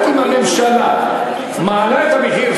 רק אם הממשלה מעלה את המחיר,